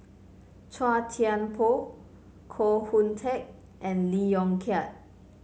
Chua Thian Poh Koh Hoon Teck and Lee Yong Kiat